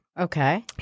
Okay